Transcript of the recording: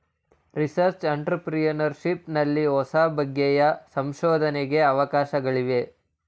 research entrepreneurship ನಲ್ಲಿ ಹೊಸಬಗೆಯ ಸಂಶೋಧನೆಗೆ ಅವಕಾಶಗಳಿವೆ